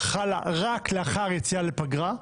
חלה רק לאחר יציאה לפגרה,